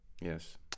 Yes